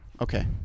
Okay